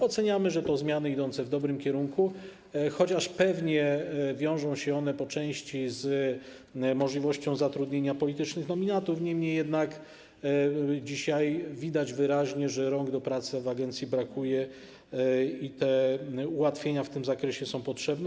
Oceniamy, że to są zmiany idące w dobrym kierunku, chociaż pewnie wiążą się one po części z możliwością zatrudnienia politycznych nominatów, niemniej jednak dzisiaj widać wyraźnie, że rąk do pracy w agencji brakuje i ułatwienia w tym zakresie są potrzebne.